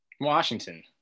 Washington